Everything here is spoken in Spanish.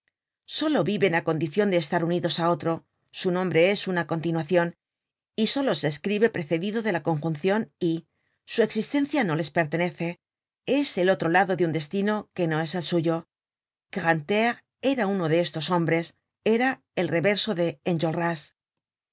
solo viven á condicion de estar unidos á otro su nombre es una continuacion y solo se escribe precedido de la conjuncion y su existencia no les pertenece es el otro lado de un destino que no es el suyo grantaire era uno de estos hombres era el reverso de